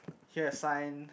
here a sign